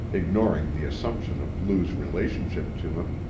ignoring the assumption of lou's relationship to him.